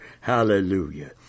Hallelujah